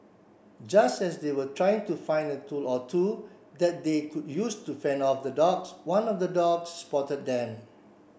just as they were trying to find a tool or two that they could use to fend off the dogs one of the dogs spotted them